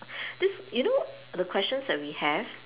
this you know the questions that we have